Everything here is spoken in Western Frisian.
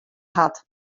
hat